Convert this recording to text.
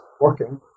working